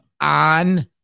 on